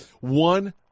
one